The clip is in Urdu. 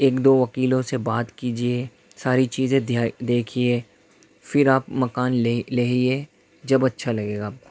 ایک دو وکیلوں سے بات کیجیے ساری چیزیں دے دیکھیے پھر آپ مکان لے لے یہ جب اچھا لگے گا آپ کو